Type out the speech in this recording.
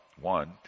one